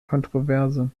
kontroverse